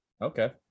Okay